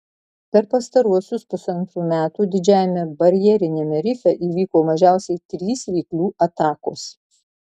per pastaruosius pusantrų metų didžiajame barjeriniame rife įvyko mažiausiai trys ryklių atakos